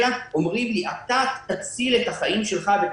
אלא אומרים לי: אתה תציל את החיים שלך ואת